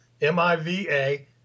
M-I-V-A